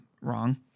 wrong